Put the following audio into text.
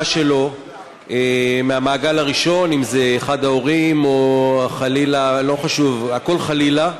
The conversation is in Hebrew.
כבוד היושב-ראש, חברי הכנסת,